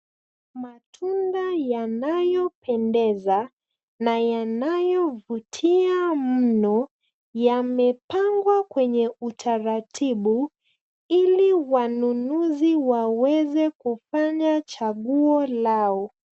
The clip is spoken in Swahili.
Matunda yanayopendeza na yanayovutia mno, yamepangwa kwenye utaratifu ili wanunuzi waweze kufanya chaguo lao.